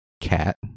cat